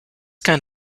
kind